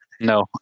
No